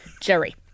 Jerry